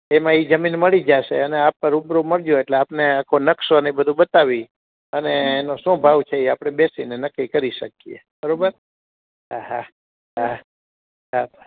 એમાં ઈ જમીન મળી જાશે અને આપ રૂબરૂ મળજો એટલે આપને આખો નકશોને એ બધુ બતાવી અને એનો શું ભાવ છે એ આપડે બેસીને નક્કી કરી શકીએ બરોબર હાં હાં હાં હાં